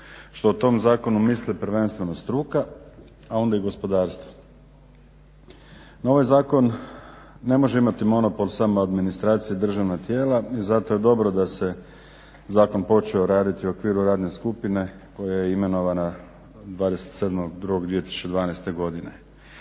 što o tom zakonu misli prvenstveno struka, a onda i gospodarstvo. No, ovaj zakon ne može imati monopol samo administracija, državna tijela i zato je dobro da se zakon počeo raditi u okviru radne skupine koja je imenovana 27.2.2012. godine.